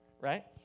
right